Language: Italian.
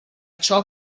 ciò